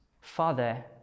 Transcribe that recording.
Father